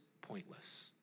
pointless